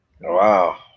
Wow